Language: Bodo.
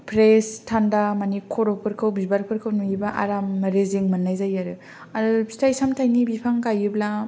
फ्रेस थानदा मानि खर'फोरखौ बिबारफोरखौ नुयोबा आराम रेजें मोननाय जायो रो आरो फिथाइ सामथाइनि बिफां गाइयोब्ला